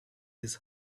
his